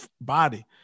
body